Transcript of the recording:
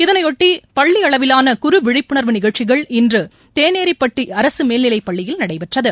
இதனையொட்டிபள்ளிஅளவிலான குறு விழிப்புணர்வு நிகழ்ச்சிகள் இன்றதேனேரிபட்டிஅரசுமேல்நிலைப் பள்ளியில் நடைபெற்றது